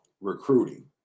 recruiting